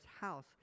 house